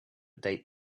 date